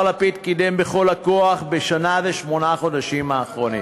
לפיד קידם בכל הכוח בשנה ושמונת החודשים האחרונים.